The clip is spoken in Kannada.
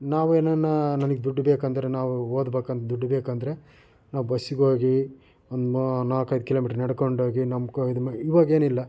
ನಾವು ಏನನ ನಮಗೆ ದುಡ್ಡು ಬೇಕೆಂದರೆ ನಾವು ಓದಬೇಕೆಂದ್ರೆ ದುಡ್ಡು ಬೇಕೆಂದರೆ ನಾವು ಬಸ್ಸಿಗೆ ಹೋಗಿ ಒಂದು ನಾಲ್ಕು ಐದು ಕಿಲೋಮೀಟ್ರ್ ನಡ್ಕೊಂಡು ಹೋಗಿ ನಮ್ಮ ಇವಾಗೇನಿಲ್ಲ